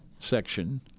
Section